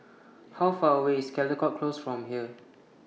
How Far away IS Caldecott Close from here